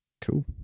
Cool